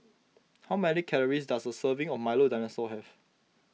how many calories does a serving of Milo Dinosaur have